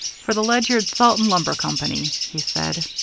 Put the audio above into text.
for the ledyard salt and lumber company, he said.